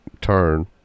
turn